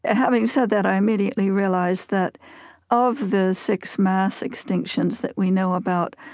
ah having said that, i immediately realize that of the six mass extinctions that we know about,